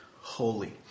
holy